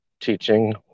teaching